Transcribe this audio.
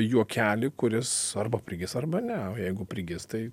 juokelį kuris arba prigis arba ne jeigu prigis tai